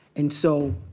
and so